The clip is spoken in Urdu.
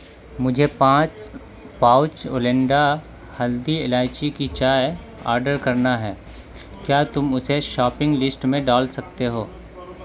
مجھے پانچ پاؤچ اولنڈا ہلدی الائچی کی چائے آرڈر کرنا ہے کیا تم اسے شاپنگ لسٹ میں ڈال سکتے ہو